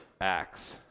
Acts